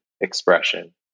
expression